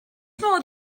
modd